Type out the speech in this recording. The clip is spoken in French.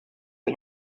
est